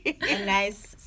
nice